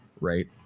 right